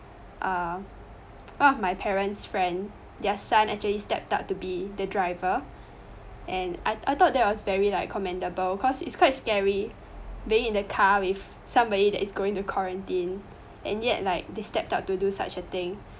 uh one of my parent's friend their son actually stepped up to be the driver and I I thought that was very like commendable because it's quite scary being in the car with somebody that is going to quarantine and yet like they stepped up to do such a thing